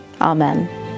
Amen